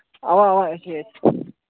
اَوا اَوا أسۍ چھِ ییٚتھۍ